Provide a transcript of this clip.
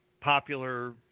popular